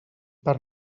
per